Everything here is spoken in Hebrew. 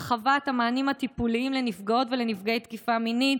הרחבת המענים הטיפוליים לנפגעות ולנפגעי תקיפה מינית,